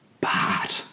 bad